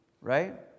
right